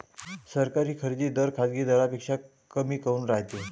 सरकारी खरेदी दर खाजगी दरापेक्षा कमी काऊन रायते?